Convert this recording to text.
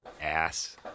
ass